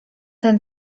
ten